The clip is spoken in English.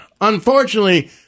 unfortunately